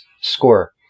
score